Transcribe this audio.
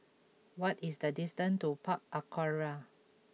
what is the distance to Park Aquaria